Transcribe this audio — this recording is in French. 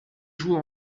joue